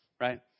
Right